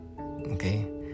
okay